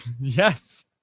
Yes